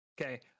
okay